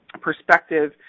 Perspective